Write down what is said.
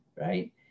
right